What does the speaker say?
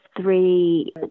three